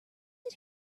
did